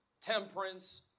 temperance